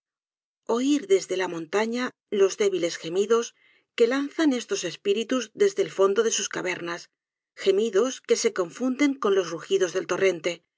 oir desde la montaña los débiles gemidos que lanzan estos espíritus desde el fondo de sus cavernas gemidos que se confunden con los rujidos del torrente